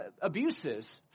abuses